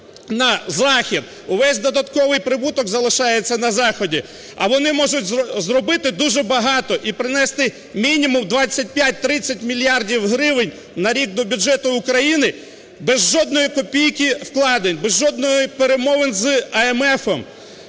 на Захід, увесь додатковий прибуток залишається на Заході. А вони можуть зробити дуже багато і принести мінімум 25-30 мільярдів гривень на рік до бюджету України без жодної копійки вкладень, без жодних перемовин з МВФ.